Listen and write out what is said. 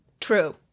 true